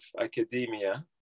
academia